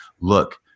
look